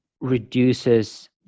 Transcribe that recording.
reduces